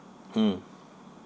mm